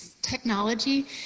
technology